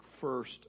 first